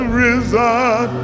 risen